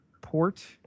port